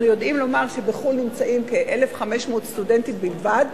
אנחנו יודעים לומר שבחו"ל נמצאים כ-1,500 סטודנטים בלבד,